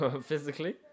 Physically